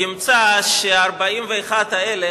ימצא שה-41 האלה,